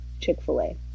Chick-fil-a